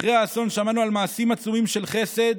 אחרי האסון שמענו על מעשים עצומים של חסד